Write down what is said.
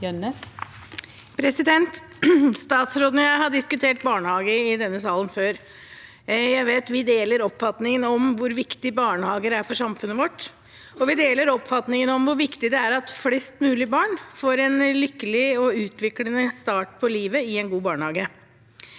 Statsråden og jeg har diskutert barnehage i denne salen før. Jeg vet vi deler oppfatningen om hvor viktig barnehager er for samfunnet vårt, og vi deler oppfatningen om hvor viktig det er at flest mulig barn får en lykkelig og utviklende start på livet i en god barnehage.